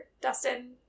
Dustin